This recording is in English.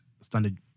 standard